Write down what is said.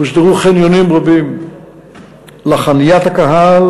הוסדרו חניונים רבים לחניית הקהל,